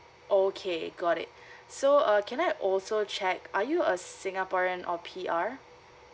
okay got it so uh can I also check are you a singaporean or P_R